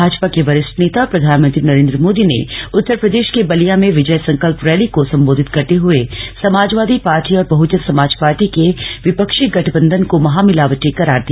भाजपा के वरिष्ठ नेता और प्रधानमंत्री नरेन्द्र मोदी ने उत्तर प्रदेश के बलिया में विजय संकेल्प रैली को संबोधित करते हुए समाजवादी पार्टी और बहुजन समाज पार्टी के विपक्षी गठबंधन को महामिलावटी करार दिया